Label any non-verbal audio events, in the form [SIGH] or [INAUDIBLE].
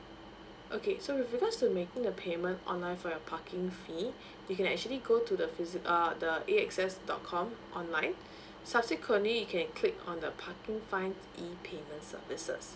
okay so with regards to making the payment online for your parking fee [BREATH] you can actually go to the visit err the A_X_S dot com online [BREATH] subsequently you can click on the parking fine E payment services